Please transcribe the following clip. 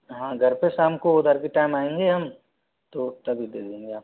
हाँ घर पे शाम को उधर भी टाइम आएंगे हम तो तभी दे देंगे आपको